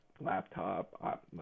laptop